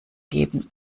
geben